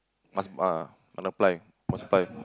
must ah kena apply must apply